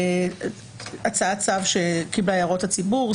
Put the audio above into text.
הצעת צו שקיבלה את הערות הציבור,